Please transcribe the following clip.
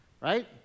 right